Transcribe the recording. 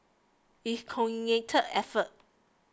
it's a coordinated effort